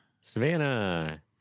Savannah